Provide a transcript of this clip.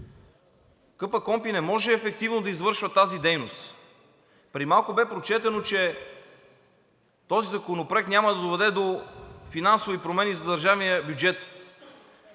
КПКОНПИ не може ефективно да извършва тази дейност. Преди малко бе прочетено, че този законопроект няма да доведе до финансови промени за държавния бюджет.